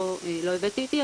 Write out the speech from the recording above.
לא הבאתי איתי,